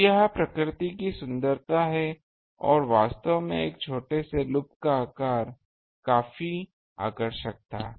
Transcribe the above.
तो यह प्रकृति की सुंदरता है और वास्तव में एक छोटे से लूप का आकार काफी आकर्षक था